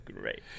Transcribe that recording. great